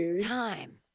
time